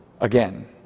again